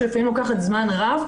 שלפעמים לוקחת זמן רב,